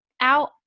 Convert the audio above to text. out